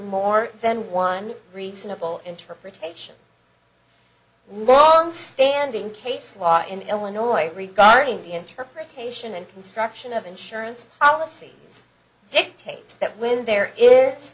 more than one reasonable interpretation long standing case law in illinois regarding the interpretation and construction of insurance policy dictates that when there is